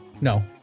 No